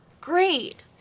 Great